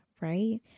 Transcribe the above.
right